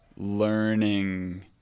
learning